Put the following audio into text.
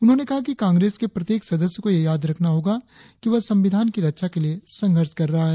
उन्होंने कहा कि कांग्रेस के प्रत्येक सदस्य को यह याद रखना होगा कि वह संविधान की रक्षा के लिए संघर्ष कर रहा है